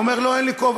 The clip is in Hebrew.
אומר: לא, אין לי כובע.